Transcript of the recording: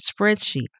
spreadsheet